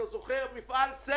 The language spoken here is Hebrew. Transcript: אתה זוכר את מפעל סינרג'י?